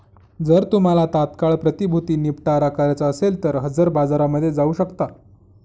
जर तुम्हाला तात्काळ प्रतिभूती निपटारा करायचा असेल तर हजर बाजारामध्ये जाऊ शकता